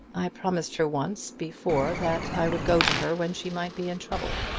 i promised her once before that i would go to her when she might be in trouble,